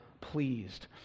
pleased